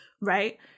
Right